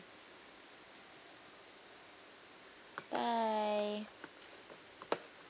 bye